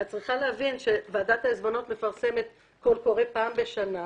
את צריכה להבין שוועדת העיזבונות מפרסמת קול קורא פעם בשנה,